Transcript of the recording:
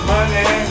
Money